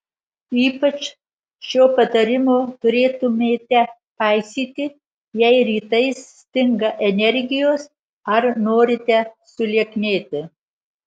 ypač šio patarimo turėtumėte paisyti jei rytais stinga energijos ar norite sulieknėti